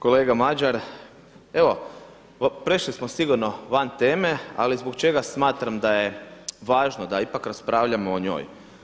Kolega Madjer, evo prešli smo sigurno van teme ali zbog čega smatram da je važno da ipak raspravljamo o njoj.